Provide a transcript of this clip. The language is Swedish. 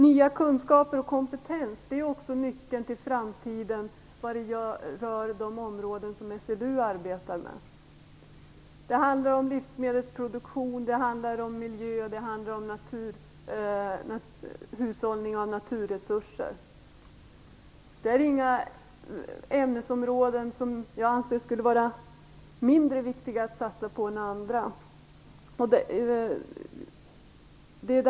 Nya kunskaper och kompetens är nyckeln till framtiden också rörande de områden som SLU arbetar med. Det handlar då om livsmedelsproduktion, miljö och hushållning med naturresurser. Men det här är ämnesområden som jag inte kan se att det är mindre viktigt att satsa på jämfört med andra.